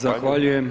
Zahvaljujem.